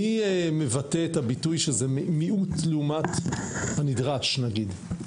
מי מבטא את זה שזה מיעוט לעומת הנדרש, נגיד?